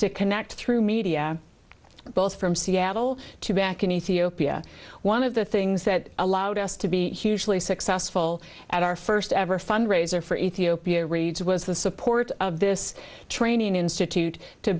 to connect through media both from seattle to back in ethiopia one of the things that allowed us to be hugely successful at our first ever fundraiser for ethiopia reads was the support of this training institute to